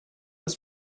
was